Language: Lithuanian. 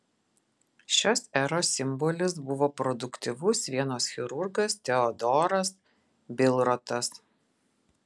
šios eros simbolis buvo produktyvus vienos chirurgas teodoras bilrotas